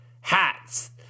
hats –